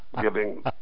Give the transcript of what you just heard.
giving